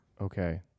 Okay